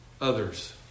others